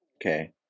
Okay